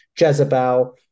jezebel